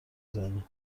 زنه